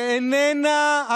שאיננה,